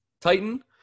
Titan